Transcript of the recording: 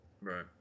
Right